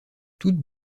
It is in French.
toutes